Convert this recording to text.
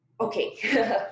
Okay